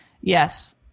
Yes